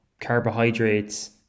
carbohydrates